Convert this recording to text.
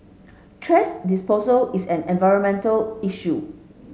thrash disposal is an environmental issue